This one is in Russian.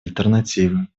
альтернативы